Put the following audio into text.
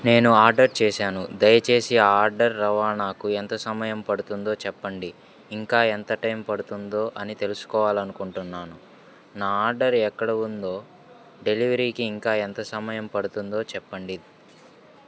నేను ఆర్డర్ చేశాను దయచేసి ఆ ఆర్డర్ రవాణాకు ఎంత సమయం పడుతుందో చెప్పండి ఇంకా ఎంత టైం పడుతుందో అని తెలుసుకోవాలి అనుకుంటున్నాను నా ఆర్డర్ ఎక్కడ ఉందో డెలివరీకి ఇంకా ఎంత సమయం పడుతుందో చెప్పండి